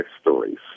stories